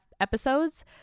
episodes